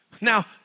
Now